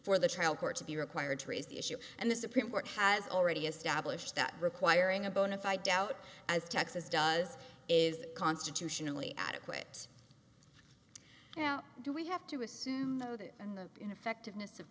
for the trial court to be required to raise the issue and the supreme court has already established that requiring a bona fide doubt as texas does is constitutionally adequate now do we have to assume the other and the ineffectiveness of